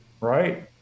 Right